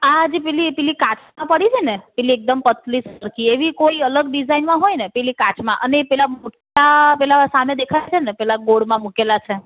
આ જે પેલી પેલી કાચમાં પડી છે ને પેલી એકદમ પાતળી સરખી એવી કોઇ અલગ ડીઝાઇનમાં હોય ને પેલી કાચમાં અને પેલા બુટ્ટા પેલા સામે દેખાય છે ને પેલા ગોળમાં મૂકેલાં છે